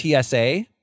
TSA